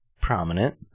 prominent